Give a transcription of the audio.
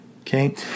Okay